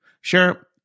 Sure